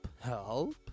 help